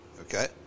okay